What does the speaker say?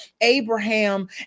Abraham